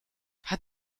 hat